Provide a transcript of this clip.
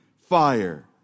fire